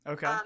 Okay